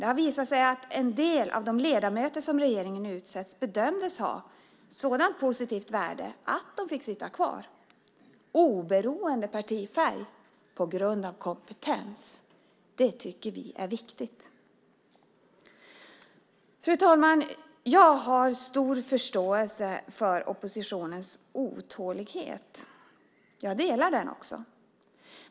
Det har visat sig att en del av de ledamöter som regeringen utsett bedömts ha sådant positivt värde att de fått sitta kvar, oberoende av partifärg, på grund av kompetens. Det tycker vi är viktigt. Fru talman! Jag har stor förståelse för oppositionens otålighet. Jag delar den.